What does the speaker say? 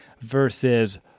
versus